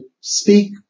speak